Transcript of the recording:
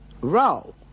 row